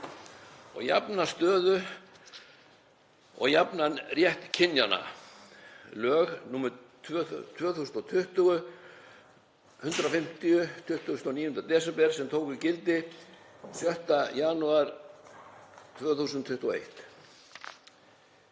um jafna stöðu og jafnan rétt kynjanna, nr. 150/2020, 29. desember, sem tóku gildi 6. janúar 2021.